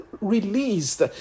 released